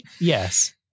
yes